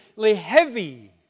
heavy